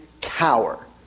cower